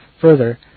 Further